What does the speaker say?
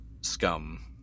scum